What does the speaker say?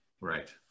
Right